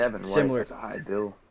similar